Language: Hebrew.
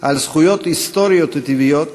על זכויות היסטוריות וטבעיות,